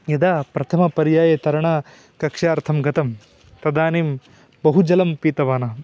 यदा प्रथमपर्याये तरणाकक्ष्यार्थं गतं तदानीं बहु जलं पीतवान् अहं